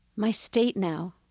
my state now